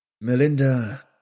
Melinda